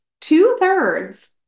two-thirds